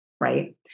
Right